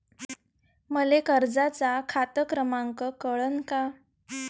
मले कर्जाचा खात क्रमांक कळन का?